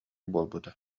буолбута